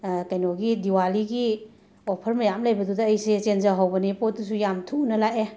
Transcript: ꯀꯩꯅꯣꯒꯤ ꯗꯤꯋꯥꯂꯤꯒꯤ ꯑꯣꯐꯔ ꯃꯌꯥꯝ ꯂꯩꯕꯗꯨꯗ ꯑꯩꯁꯦ ꯆꯦꯟꯖꯍꯧꯕꯅꯦ ꯄꯣꯠꯇꯨꯁꯨ ꯌꯥꯝ ꯊꯨꯅ ꯂꯥꯛꯑꯦ